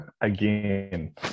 again